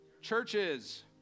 churches